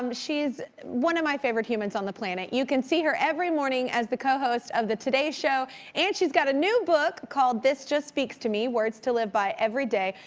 um she's one of my favorite humans on the planet. you can see her every morning as the cohost of the today show and she's got a new book called this just speaks to me words to live by every day.